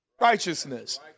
Righteousness